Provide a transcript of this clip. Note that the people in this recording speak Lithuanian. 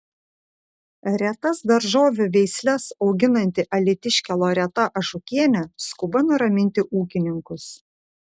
retas daržovių veisles auginanti alytiškė loreta ažukienė skuba nuraminti ūkininkus